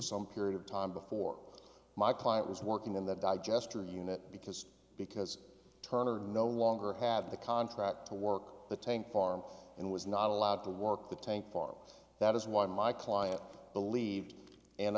some period of time before my client was working in the digester unit because because turner no longer had the contract to work the tank farm and was not allowed to work the tank farm that is why my client believed and